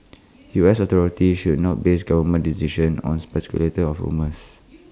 U S authorities should not base government decisions on speculation of rumours